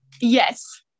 yes